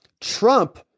Trump